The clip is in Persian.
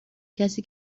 کسی